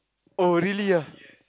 oh really ah